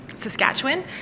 Saskatchewan